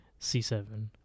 C7